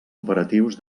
operatius